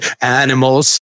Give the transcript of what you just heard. animals